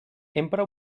empra